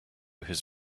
his